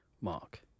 Mark